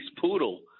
poodle